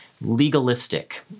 legalistic